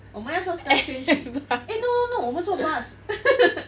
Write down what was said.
我们要坐 sky train 去 eh no no no 我们坐 bus